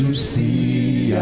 see